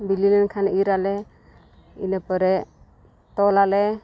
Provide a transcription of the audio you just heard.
ᱵᱤᱞᱤ ᱞᱮᱱᱠᱷᱟᱱ ᱤᱨᱻᱟᱞᱮ ᱤᱱᱟᱹ ᱯᱚᱨᱮ ᱛᱚᱞᱟᱞᱮ